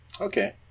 Okay